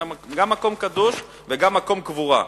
גם מקום קדוש וגם מקום קבורה.